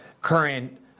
current